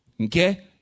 Okay